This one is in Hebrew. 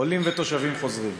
עולים ותושבים חוזרים.